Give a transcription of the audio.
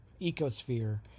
ecosphere